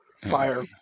Fire